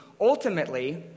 ultimately